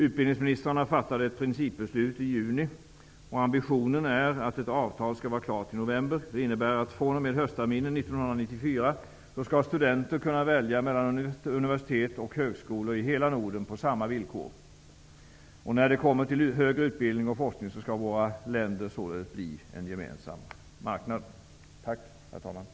Utbildningsministrarna fattade ett principbeslut i juni och ambitionen är att ett avtal skall vara klart i november. Det innebär att från och med höstterminen 1994 skall studenter kunna välja mellan universitet och högskolor i hela Norden på samma villkor. När det kommer till högre utbildning och forskning skall våra länder således bli en gemensam marknad. Tack, herr talman!